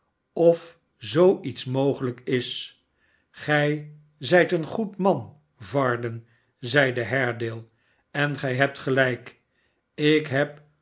of zoo iets mogelijk is gij zijt een goed man varden zeide haredale sen gij hebt gelijk ik heb